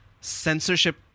censorship